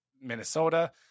minnesota